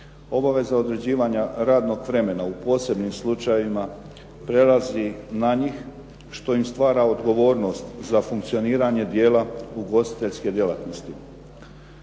obaveza određivanja radnog vremena u posebnim slučajevima prelazi na njih, što im stvara odgovornost za funkcioniranje dijela ugostiteljske djelatnosti.